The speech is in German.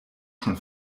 schon